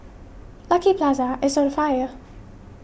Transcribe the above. Lucky Plaza is on fire